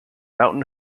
mountain